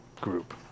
group